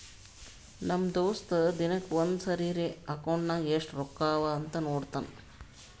ನಮ್ ದೋಸ್ತ ದಿನಕ್ಕ ಒಂದ್ ಸರಿರೇ ಅಕೌಂಟ್ನಾಗ್ ಎಸ್ಟ್ ರೊಕ್ಕಾ ಅವಾ ಅಂತ್ ನೋಡ್ತಾನ್